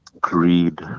greed